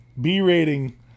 B-rating